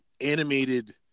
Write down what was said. animated